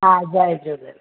हा जय झूलेलाल